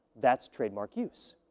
that's trademark use.